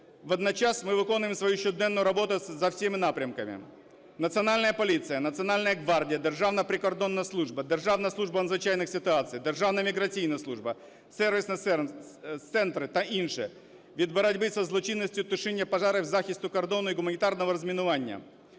Водночас ми виконуємо свою щоденну роботу за всіма напрямками. Національна поліція, Національна гвардія, Державна прикордонна служба, Державна служба надзвичайних ситуацій, Державна міграційна служба, сервісні центри та інші від боротьби зі злочинністю, тушіння пожарів, захисту кордону і гуманітарного розмінування,